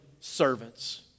servants